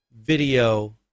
video